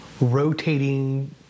rotating